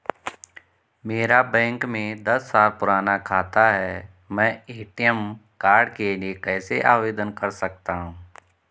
मेरा बैंक में दस साल पुराना खाता है मैं ए.टी.एम कार्ड के लिए कैसे आवेदन कर सकता हूँ?